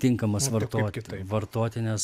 tinkamas vartoti vartoti nes